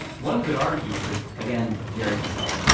one could argue that, again jerry casale,